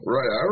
Right